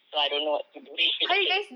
so I don't know what to do with that dream